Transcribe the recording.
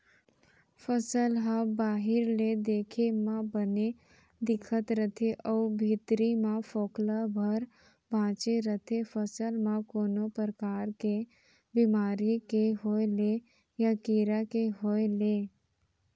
फसल ह बाहिर ले देखे म बने दिखत रथे अउ भीतरी म फोकला भर बांचे रथे फसल म कोनो परकार के बेमारी के होय ले या कीरा के होय ले